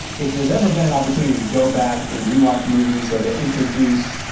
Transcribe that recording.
if there's ever been an opportunity to go back and re-watch movies or to introduce,